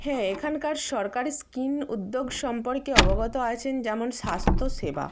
হ্যাঁ এখানকার সরকারি স্কিম উদ্যোগ সম্পর্কে অবগত আছেন যেমন স্বাস্থ্যসেবা